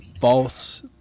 false